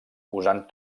usant